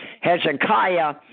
Hezekiah